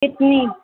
کتنی